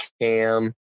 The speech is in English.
cam